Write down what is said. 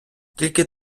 тільки